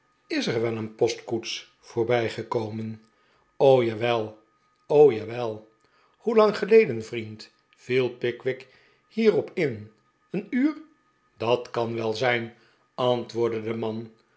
is er wel een postkoets voorbij gekomen jawel jawel hoelang geleden vriend viel pickwick hierop in een uur dat kan wel zijn antwoordde de man